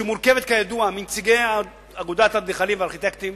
שמורכבת מנציגי אגודת האדריכלים והארכיטקטים,